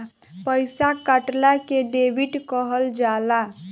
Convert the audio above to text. पइसा कटला के डेबिट कहल जाला